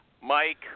Mike